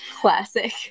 Classic